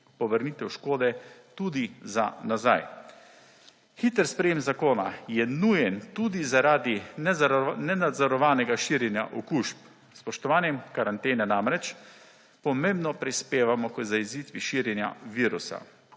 povrnitev škode tudi za nazaj. Hitri sprejem zakona je nujen tudi, zaradi nenadzorovanega širjenja okužb s spoštovanjem karantene namreč pomembno prispevamo k zajezitvi širjenja virusa.